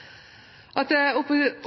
isolasjon. At